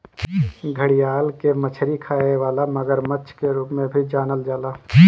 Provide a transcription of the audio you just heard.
घड़ियाल के मछरी खाए वाला मगरमच्छ के रूप में भी जानल जाला